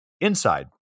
inside